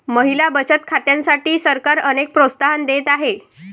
महिला बचत खात्यांसाठी सरकार अनेक प्रोत्साहन देत आहे